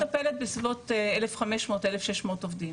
אני מטפלת בסביבות 1,600-1,500 עובדים.